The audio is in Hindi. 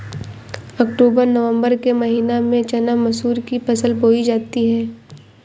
अक्टूबर नवम्बर के महीना में चना मसूर की फसल बोई जाती है?